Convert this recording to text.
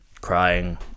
crying